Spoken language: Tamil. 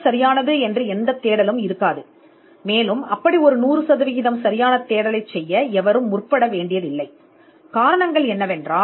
சரியான தேடலாக எந்த தேடலும் இல்லை சரியான தேடல் என்பது யாரும் செய்ய முயற்சிக்க வேண்டிய ஒன்றல்ல